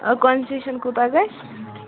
concession کوٗتاہ گژھِ